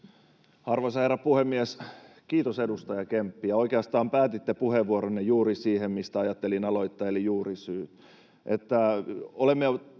Arvoisa herra puhemies! Kiitos, edustaja Kemppi, ja oikeastaan päätitte puheenvuoronne juuri siihen, mistä ajattelin aloittaa, eli juurisyyhyn.